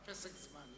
פסק זמן.